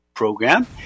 program